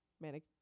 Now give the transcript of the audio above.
manic